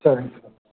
சரிங்க சார்